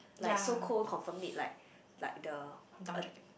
like so called confirm it like like the